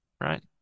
Right